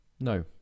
No